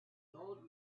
old